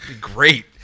Great